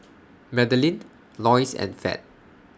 Madelene Loyce and Fed